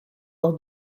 leur